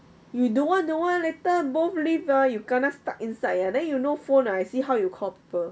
you don't want don't want later both lift ah you kena stuck inside ah then you no phone ah I see how you call people